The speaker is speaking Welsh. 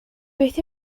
beth